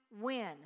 win